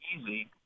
easy